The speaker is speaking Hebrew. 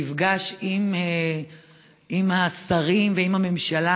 המפגש עם השרים ועם הממשלה.